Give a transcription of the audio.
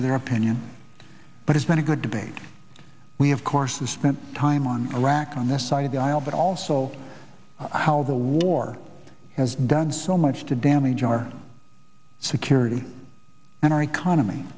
to their opinion but it's been a good debate we have courses spent time on iraq on the side of the aisle but also how the war has done so much to damage our security and our economy